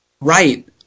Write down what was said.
right